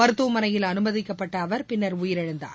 மருத்துவமனையில் அனுமதிக்கப்பட்ட அவர் பின்னர் உயிரிழந்தார்